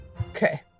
Okay